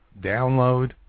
download